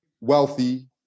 wealthy